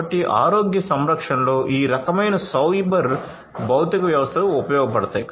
కాబట్టి ఆరోగ్య సంరక్షణలో ఈ రకమైన సైబర్ భౌతిక వ్యవస్థలు ఉపయోగపడతాయి